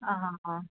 आं हां आं